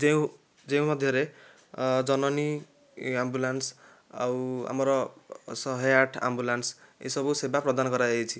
ଯେଉଁ ଯେଉଁ ମଧ୍ୟରେ ଜନନୀ ଏ ଆମ୍ବୁଲାନ୍ସ ଆଉ ଆମର ଶହେ ଆଠ ଆମ୍ବୁଲାନ୍ସ ଏସବୁ ସେବା ପ୍ରଦାନ କରାଯାଇଛି